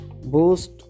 boost